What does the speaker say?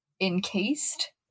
encased